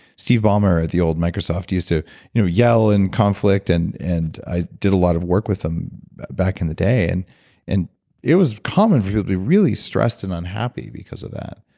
steve ballmer, the old microsoft used to you know yell and conflict and and i did a lot of work with them back in the day and and it was common for you to be really stressed and unhappy because of that.